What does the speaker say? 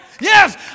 Yes